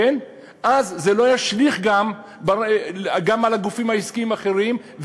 אז זה לא ישליך גם על הגופים העסקיים האחרים,